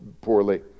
poorly